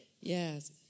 Yes